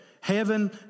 Heaven